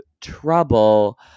trouble